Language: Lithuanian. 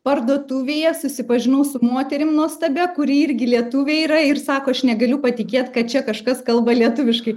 parduotuvėje susipažinau su moterim nuostabia kuri irgi lietuvė yra ir sako aš negaliu patikėt kad čia kažkas kalba lietuviškai